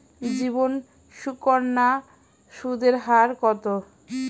জীবন সুকন্যা সুদের হার কত?